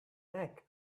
egg